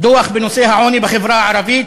דוח בנושא העוני בחברה הערבית,